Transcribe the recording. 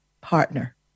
partner